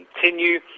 continue